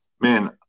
man